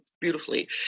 beautifully